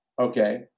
Okay